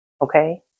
Okay